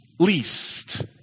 Least